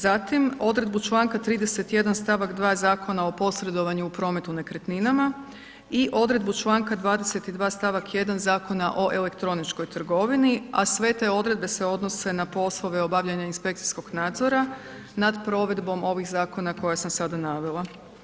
Zatim odredbu članka 31. stavak 2. Zakona o posredovanju u prometu nekretninama i odredbu članka 22. stavak 1. Zakona o elektroničkoj trgovini a sve te odredbe se odnose na poslove obavljanja inspekcijskog nadzora nad provedbom ovih zakona koje sam sada navela.